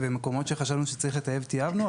ובמקומות שחשבנו שצריך לטייב טייבנו.